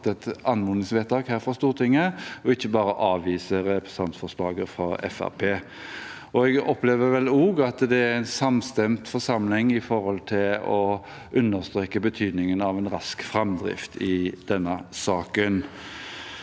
et anmodningsvedtak her fra Stortinget og ikke bare avviser representantforslaget fra Fremskrittspartiet. Jeg opplever vel også at det er en samstemt forsamling som understreker betydningen av en rask framdrift i denne saken.